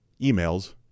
emails